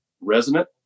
resonant